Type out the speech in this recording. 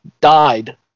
died